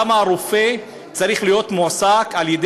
למה הרופא צריך להיות מועסק על-ידי